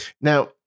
Now